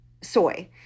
soy